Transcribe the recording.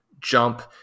jump